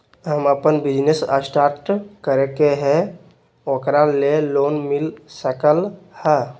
हमरा अपन business start करे के है ओकरा लेल लोन मिल सकलक ह?